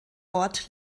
ort